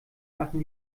machen